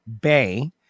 Bay